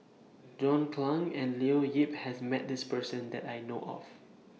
John Clang and Leo Yip has Met This Person that I know of